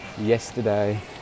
Yesterday